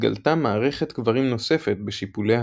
התגלתה מערכת קברים נוספת בשיפוליה